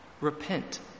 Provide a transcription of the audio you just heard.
Repent